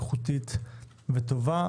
איכותית וטובה,